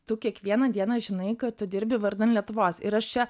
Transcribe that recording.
tu kiekvieną dieną žinai kad tu dirbi vardan lietuvos ir aš čia